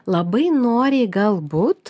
labai noriai galbūt